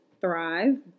thrive